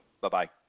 Bye-bye